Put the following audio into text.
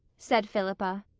said philippa.